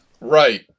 Right